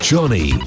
Johnny